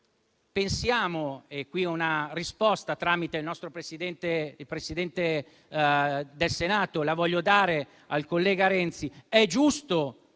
Pensiamo - una risposta, tramite il nostro Presidente del Senato la voglio dare al collega Renzi - che